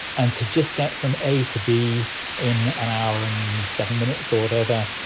and to just get from a to b in an hour and seven minutes or whatever,